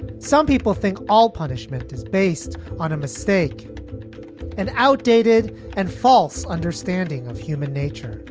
some people think all punishment is based on a mistake and outdated and false understanding of human nature.